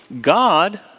God